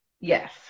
Yes